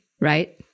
right